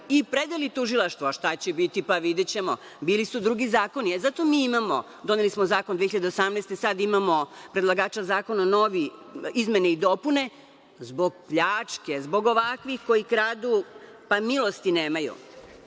i predali tužilaštvu, a šta će biti, pa videćemo. Bili su drugi zakoni. Zato mi imamo, doneli smo zakon 2018. godine, sad imamo predlagača zakona, izmene i dopune, zbog pljačke, zbog ovakvih koji kradu pa milosti nemaju.